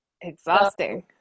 exhausting